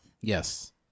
yes